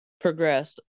progressed